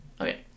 Okay